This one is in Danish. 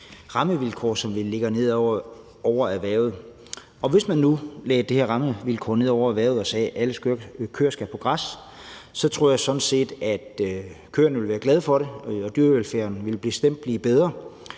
rammevilkår, som vi lægger ned over erhvervet. Og hvis man nu lagde det her rammevilkår ned over erhvervet og sagde, at alle køer skal på græs, så tror jeg sådan set, at køerne ville være glade for det, og at dyrevelfærden bestemt ville blive bedre.